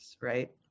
Right